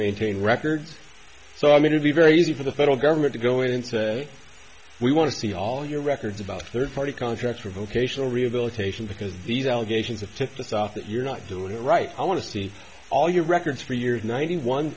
maintain records so i'm going to be very easy for the federal government to go in and say we want to see all your records about third party contracts for vocational rehabilitation because these allegations of to the south that you're not doing it right i want to see all your records for years ninety one